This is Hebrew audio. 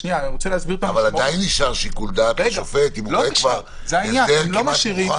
אבל עדיין נשאר שיקול דעת לשופט אם הוא רואה שההסדר כמעט מוכן.